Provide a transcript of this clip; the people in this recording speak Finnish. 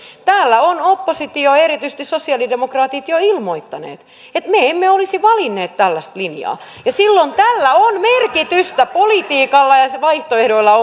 täällä on oppositio ja erityisesti sosialidemokraatit jo ilmoittanut että me emme olisi valinneet tällaista linjaa ja silloin tällä on merkitystä politiikalla ja vaihtoehdoilla on merkitystä